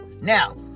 Now